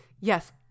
Yes